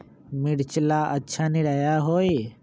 मिर्च ला अच्छा निरैया होई?